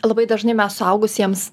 labai dažnai mes suaugusiems